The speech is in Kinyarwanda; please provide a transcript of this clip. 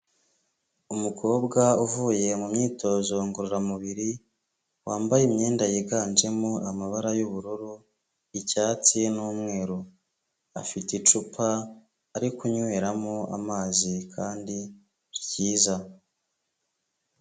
Umukobwa uvuye mu myitozo ngororamubiri wambaye imyenda yiganjemo amabara y'ubururu, icyatsi n'umweru, afite icupa ari kunyweramo amazi kandi ryiza.